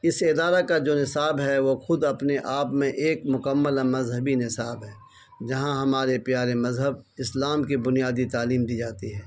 اس ادارہ کا جو نصاب ہے وہ خود اپنے آپ میں ایک مکمل مذہبی نصاب ہے جہاں ہمارے پیارے مذہب اسلام کی بنیادی تعلیم دی جاتی ہے